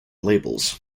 labels